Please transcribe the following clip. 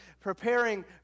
preparing